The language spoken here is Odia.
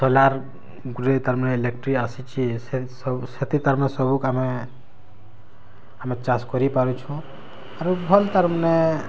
ସୋଲାର୍ ଗୁଟେ ତାର୍ ମାନେ ଇଲେକ୍ଟ୍ରିକ୍ ଆସିଛି ସେଥି ତାର୍ ମାନେ ସବୁ କାମେ ଆମେ ଚାଷ୍ କରି ପାରୁଛୁ ଆରୁ ଭଲ୍ ତାର୍ ମାନେ